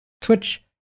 Twitch